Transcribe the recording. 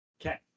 okay